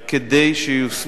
כדי שייושמו,